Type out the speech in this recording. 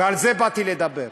ועל זה באתי לדבר.